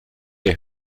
der